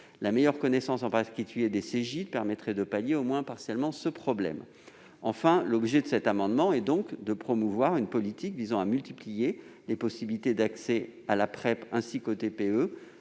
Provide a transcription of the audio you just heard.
La meilleure connaissance, en particulier des Cegidd, permettrait de remédier au moins partiellement à ce problème. Enfin, l'objet de cet amendement est de promouvoir une politique visant à multiplier les possibilités d'accès à la PrEP, ainsi qu'aux TPE.